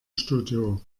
studio